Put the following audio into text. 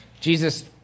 Jesus